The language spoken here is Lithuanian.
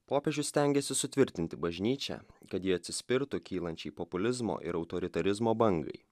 popiežius stengiasi sutvirtinti bažnyčią kad ji atsispirtų kylančiai populizmo ir autoritarizmo bangai